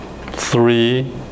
three